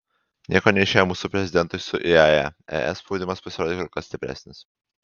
nieko neišėjo mūsų prezidentui su iae es spaudimas pasirodė kur kas stipresnis